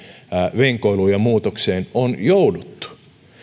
venkoiluun ja muutokseen on jouduttu